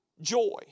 joy